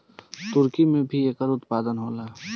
तुर्की में भी एकर उत्पादन होला